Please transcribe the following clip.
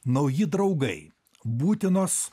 nauji draugai būtinos